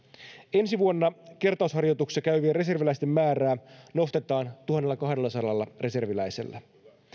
ensi vuonna kertausharjoituksissa käyvien reserviläisten määrää nostetaan tuhannellakahdellasadalla reserviläisellä